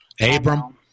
Abram